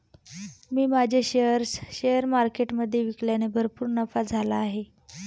मी माझे shares share मार्केटमधे विकल्याने भरपूर नफा झाला आहे